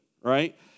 Right